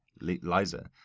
Liza